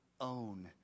own